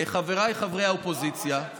חבריי חברי האופוזיציה, יואב,